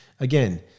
Again